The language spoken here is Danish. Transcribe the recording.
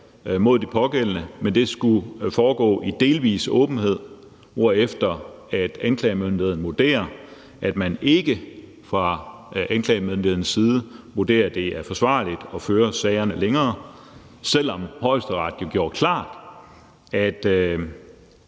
mod de pågældende, men det skulle foregå i delvis åbenhed, hvorefter anklagemyndigheden vurderer, at man ikke fra anklagemyndighedens side vurderer, at det er forsvarligt at føre sagerne længere, selv om Højesteret jo gjorde klart, at